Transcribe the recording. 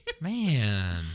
man